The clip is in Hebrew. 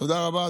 תודה רבה.